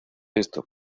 esto